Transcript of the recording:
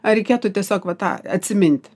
a reikėtų tiesiog va tą atsiminti